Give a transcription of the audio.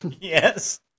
Yes